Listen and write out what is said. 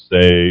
say